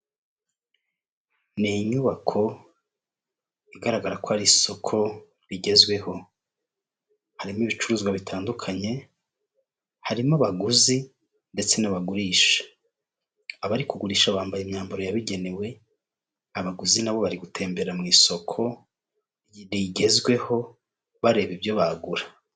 Ni inyubako igaragara ko ari isoko rigezweho, harimo ibicuruzwa bitandukanye, harimo abaguzi ndetse n'abagurisha, abari kugurisha bambaye imyambaro yabugenewe, abaguzi nabo bari gutembera mu isoko rigezweho bareba ibyo bagura.